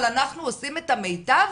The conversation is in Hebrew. אבל אנחנו עושים את המיטב?